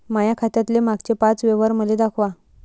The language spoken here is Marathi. माया खात्यातले मागचे पाच व्यवहार मले दाखवा